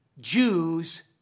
Jews